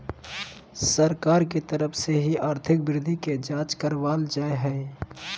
सरकार के तरफ से ही आर्थिक वृद्धि के जांच करावल जा हय